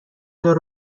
دار